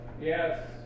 Yes